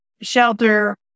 shelter